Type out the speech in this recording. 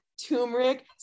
turmeric